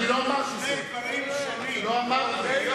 אלה שני דברים שונים, אני לא אמרתי את זה.